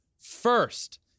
First